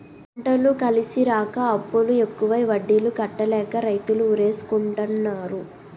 పంటలు కలిసిరాక అప్పులు ఎక్కువై వడ్డీలు కట్టలేక రైతులు ఉరేసుకుంటన్నారు